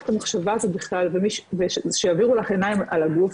את המחשבה הזאת בכלל שיעבירו לך עיניים על הגוף,